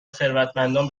ثروتمندان